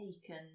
taken